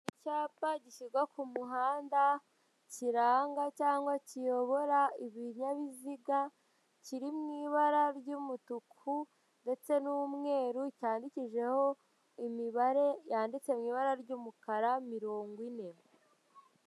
Icyapa gishyirwa ku muhanda kiranga cyangwa kiyobora ibinyabiziga, kiri mu ibara ry'umutuku ndetse n'umweru, cyandikishijeho imibare yanditse mu ibara ry'umukara mirongo ine.